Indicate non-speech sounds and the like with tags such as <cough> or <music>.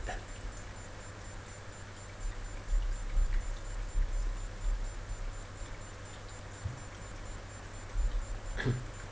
<breath>